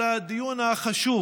על הדיון החשוב